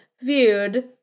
viewed